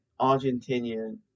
Argentinian